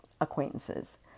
acquaintances